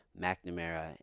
McNamara